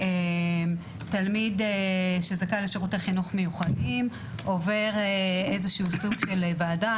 תלמיד שזכאי לשירותי חינוך מיוחדים עובר איזשהו סוג של ועדה,